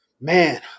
Man